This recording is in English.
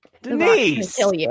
Denise